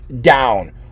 down